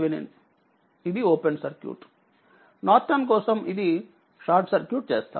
ఇది RTheveninఇది open circuit నార్టన్కోసం ఇది షార్ట్ సర్క్యూట్ చేస్తాము